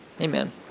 Amen